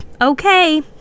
okay